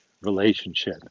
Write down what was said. relationship